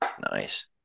Nice